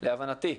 להבנתי,